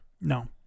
No